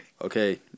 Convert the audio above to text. Okay